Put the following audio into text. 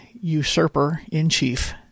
usurper-in-chief